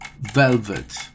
Velvet